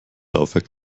laufwerk